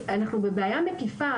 אנחנו בבעיה מקיפה.